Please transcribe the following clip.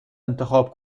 انتخاب